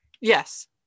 Yes